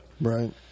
Right